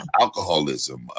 alcoholism